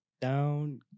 Down